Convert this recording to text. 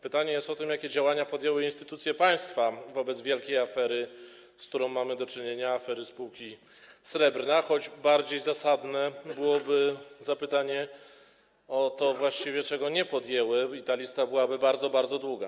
Pytanie jest o tym, jakie działania podjęły instytucje państwa wobec wielkiej afery, z którą mamy do czynienia, afery spółki Srebrna, choć bardziej zasadne byłoby właściwie zapytanie o to, czego nie podjęły, i ta lista byłaby bardzo, bardzo długa.